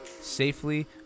safely